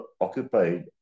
occupied